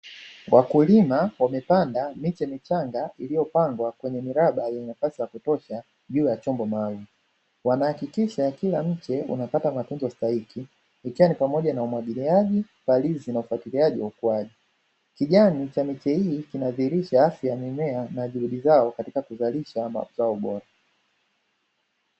Wakulima wamepanda miche michanga iliyopangwa kwenye miraba yenye nafasi ya kutosha juu ya chombo maalumu. Wanahakikisha kila mche unapata matunzo stahiki, ikiwa ni pamoja na umwagiliaji, palizi na ufuatiliaji wa ukuaji. Kijani cha miche hii kinadhihirisha afya ya mimea na juhudi zao katika kuzalisha mazao bora.